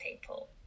people